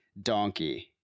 donkey